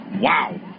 Wow